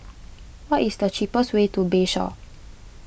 what is the cheapest way to Bayshore